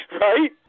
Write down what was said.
Right